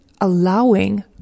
allowing